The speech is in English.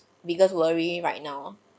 biggest worry right now